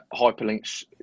hyperlinks